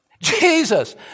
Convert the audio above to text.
Jesus